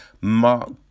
Mark